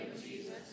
Jesus